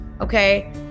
okay